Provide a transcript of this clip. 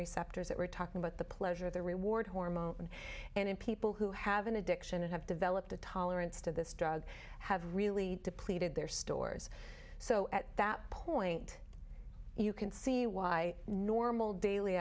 receptors that we're talking about the pleasure of the reward hormone and in people who have an addiction and have developed a tolerance to this drug have really depleted their stores so at that point you can see why normal daily